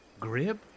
Grib